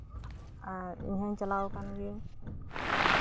ᱟᱨ ᱤᱧ ᱦᱚᱧ ᱪᱟᱞᱟᱣ ᱠᱟᱱ ᱜᱮᱭᱟᱧ